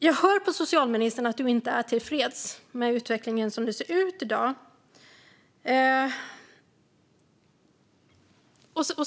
Jag hör att socialministern inte är tillfreds med hur utvecklingen ser ut i dag.